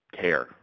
care